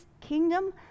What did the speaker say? kingdom